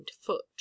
foot